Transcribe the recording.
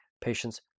patients